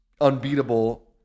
unbeatable